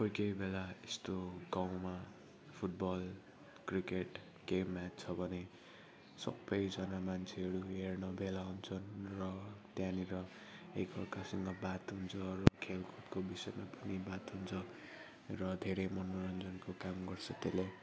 कोही कोही बेला यस्तो गाउँंमा फुटबल क्रिकेट गेम म्याच छ भने सबैजना मान्छेहरू हेर्न भेला हुन्छन् र त्यहाँनिर एकअर्कासँग बात हुन्छ र खेलकुदको विषयमा पनि बात हुन्छ र धेरै मनोरञ्जनको काम गर्छ त्यसले